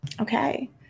Okay